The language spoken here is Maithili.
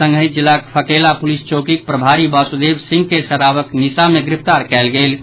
संगहि जिलाक फेकला पुलिस चौकीक प्रभारी वासुदेव सिंह के शराब निशा मे गिरफ्तार कयल गेल अछि